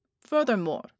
Furthermore